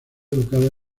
educada